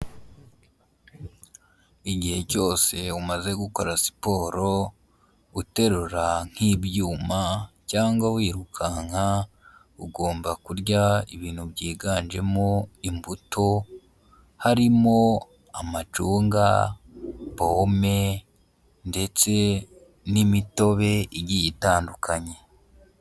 Igihe cyose umaze gukora siporo, uterura nk'ibyuma cyangwa wirukanka ugomba kurya ibintu byiganjemo imbuto, harimo amacunga, pome ndetse n'imitobe igiye itandukanye.